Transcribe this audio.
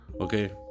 Okay